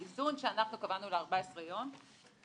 האיזון שאנחנו קבענו ל-14 יום,